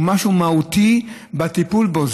זה משהו מהותי בטיפול בו.